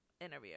interview